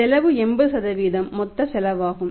செலவு 80 மொத்த செலவாகும்